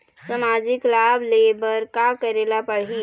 सामाजिक लाभ ले बर का करे ला पड़ही?